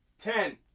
Ten